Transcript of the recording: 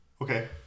okay